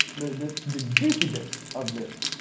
the the juicy bits of this,